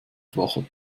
schwacher